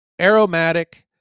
aromatic